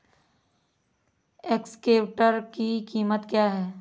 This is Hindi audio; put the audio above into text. एक्सकेवेटर की कीमत क्या है?